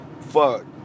Fuck